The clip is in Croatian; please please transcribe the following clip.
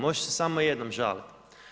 Može se samo jednom žaliti.